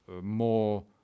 more